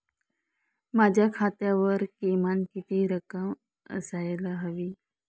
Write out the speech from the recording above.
माझ्या खात्यावर किमान किती रक्कम असायला हवी?